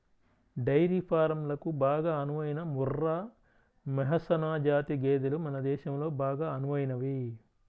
dairy ఫారంలకు బాగా అనువైన ముర్రా, మెహసనా జాతి గేదెలు మన దేశంలో బాగా అనువైనవి